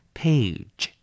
，page，